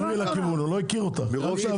גוף אחד --- בזמנו הם לא היו מיותרים,